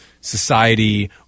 society